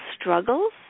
struggles